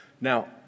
Now